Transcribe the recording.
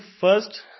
first